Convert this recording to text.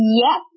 yes